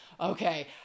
okay